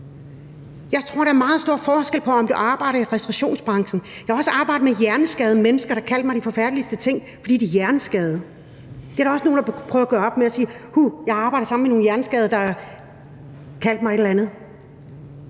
Jeg tror, der er meget stor forskel på, om du arbejder i restaurationsbranchen eller andre steder. Jeg har også arbejdet med hjerneskadede mennesker, der har kaldt mig de forfærdeligst ting, fordi de er hjerneskadede. Det er der også nogen, der prøver at gøre op med og sige: Uha, jeg har arbejdet sammen med nogle hjerneskadede, der har kaldt mig et eller andet.